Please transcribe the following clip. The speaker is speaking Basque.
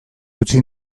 utzi